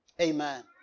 Amen